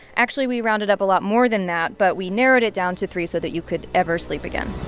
actually, we rounded up a lot more than that, but we narrowed it down to three so that you could ever sleep again